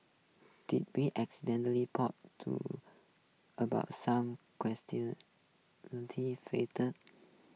did we pot to about some